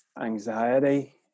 Anxiety